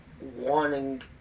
wanting